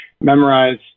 memorize